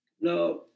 No